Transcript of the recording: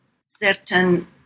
certain